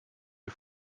you